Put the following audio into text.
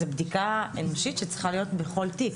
זה בדיקה אנושית שצריכה להיות בכל תיק.